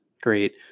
great